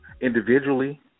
individually